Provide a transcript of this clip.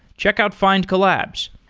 check out findcollabs.